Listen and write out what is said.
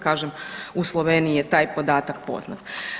Kažem, u Sloveniji je taj podatak poznat.